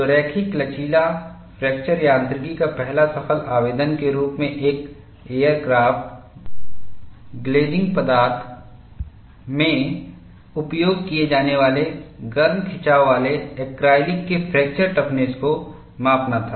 तो रैखिक लचीला फ्रैक्चर यांत्रिकी का पहला सफल आवेदन के रूप में एक एयरक्राफ्ट ग्लेज़िंग पदार्थ में उपयोग किए जाने वाले गर्म खिंचाव वाले ऐक्रेलिक के फ्रैक्चर टफनेस को मापना था